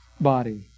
body